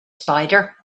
spider